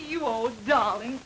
you old darling